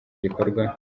gikorwa